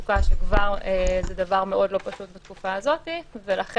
תעסוקה שזה כבר דבר מאוד לא פשוט בתקופה הזאת ולכן,